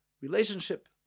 Relationship